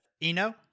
Eno